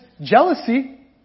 jealousy